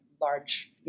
large